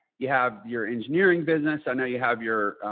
you have your engineering business. i know you have your,